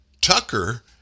Tucker